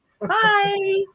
Bye